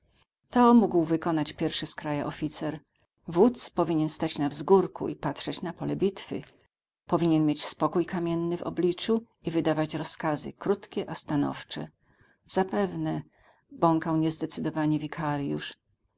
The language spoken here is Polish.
to mógł wykonać pierwszy z kraja oficer wódz powinien stać na wzgórku i patrzeć na pole bitwy powinien mieć spokój kamienny w obliczu i wydawać rozkazy krótkie a stanowcze zapewne bąkał niezdecydowanie